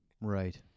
Right